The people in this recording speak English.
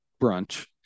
brunch